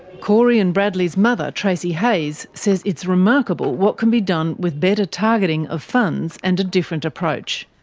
corey and bradley's mother tracey hayes says it's remarkable what can be done with better targeting of funds, and a different approach.